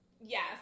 Yes